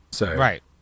Right